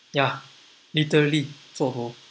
ya literally zuo bo